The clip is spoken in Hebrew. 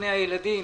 ומשכנע ילדים,